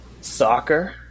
soccer